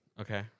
Okay